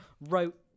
wrote